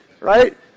right